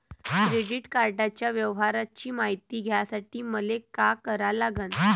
Credit कार्डाच्या व्यवहाराची मायती घ्यासाठी मले का करा लागन?